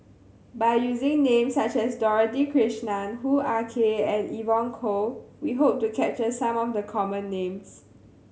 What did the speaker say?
by using names such as Dorothy Krishnan Hoo Ah Kay and Evon Kow we hope to capture some of the common names